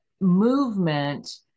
movement